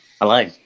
Hello